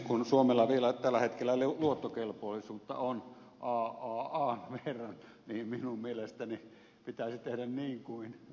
kun suomella vielä tällä hetkellä luottokelpoisuutta on aaan verran niin minun mielestäni pitäisi tehdä niin kuin ed